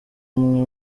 umwe